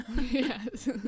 Yes